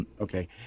Okay